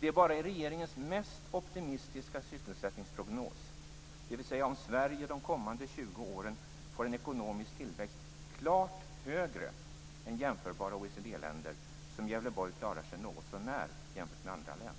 Det är bara i regeringens mest optimistiska sysselsättningsprognos, dvs. om Sverige de kommande 20 åren får en ekonomisk tillväxt klart högre än jämförbara OECD-länder, som Gävleborg klarar sig något så när jämfört med andra län.